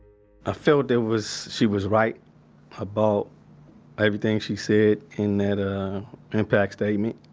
ah felt that was she was right about everything she said in that impact statement.